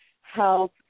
health